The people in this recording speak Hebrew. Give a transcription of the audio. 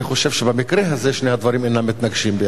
אני חושב שבמקרה הזה שני הדברים אינם מתנגשים.